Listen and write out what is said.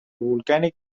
volcanic